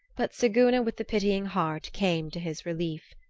but siguna with the pitying heart came to his relief.